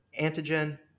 antigen